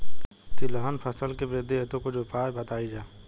तिलहन फसल के वृद्धी हेतु कुछ उपाय बताई जाई?